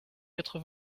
quatre